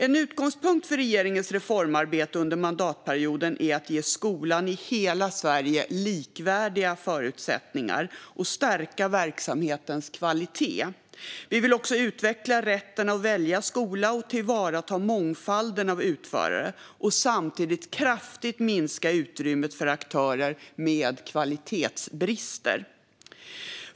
En utgångspunkt för regeringens reformarbete under mandatperioden är att ge skolan i hela Sverige likvärdiga förutsättningar och stärka verksamhetens kvalitet. Vi vill också utveckla rätten att välja skola och tillvarata mångfalden av utförare och samtidigt kraftigt minska utrymmet för aktörer med kvalitetsbrister.